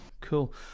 cool